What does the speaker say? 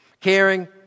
Caring